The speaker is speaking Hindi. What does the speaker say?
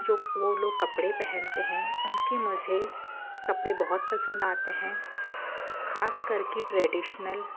जो वो लोग कपड़े पहनते हैं उनकी मुझे कपड़े बहुत पंसद आते हैं ख़ास कर के ट्रेडिशनल